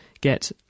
get